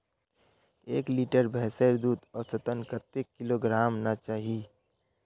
एक लीटर भैंसेर दूध औसतन कतेक किलोग्होराम ना चही?